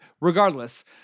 regardless